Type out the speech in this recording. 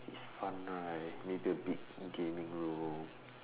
fun right make it a big gaming room